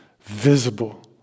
visible